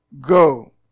Go